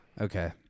Okay